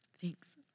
Thanks